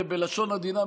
בלשון עדינה,